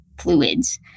fluids